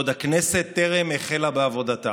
בעוד הכנסת טרם החלה בעבודתה.